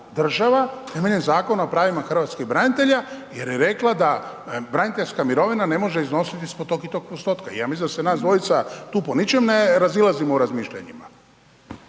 država temeljem Zakona o pravima hrvatskih branitelja jer je rekla da braniteljska mirovina ne može iznositi ispod tog i tog postotka i ja mislim da se nas dvojica tu po ničem ne razilazimo u razmišljanjima.